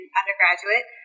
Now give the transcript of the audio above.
undergraduate